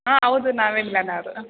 ಹಾಂ ಹೌದು ನಾವೇ